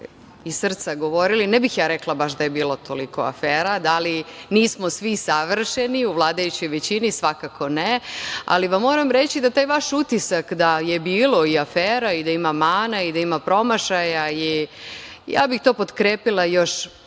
iz srca govorili. Ne bih ja rekla baš da je bilo toliko afera, nismo svi savršeni u vladajućoj većini, svakako ne. Moram vam reći da taj vaš utisak da je bilo i afera i da ima mana i da ima promašaja, ja bih to potkrepila još